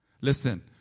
Listen